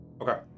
okay